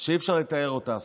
שאי-אפשר לתאר אותה אפילו.